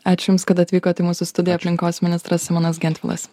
ačiū jums kad atvykots į mūsų studiją aplinkos ministras simonas gentvilas